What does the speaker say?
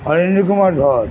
হরেন্দ্র কুমার ধর